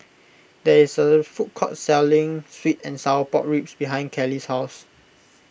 there is a food court selling Sweet and Sour Pork Ribs behind Kellee's house